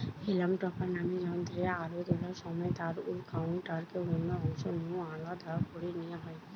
হেলাম topper নামের যন্ত্রে আলু তোলার সময় তারুর কান্ডটাকে অন্য অংশ নু আলদা করি নিয়া হয়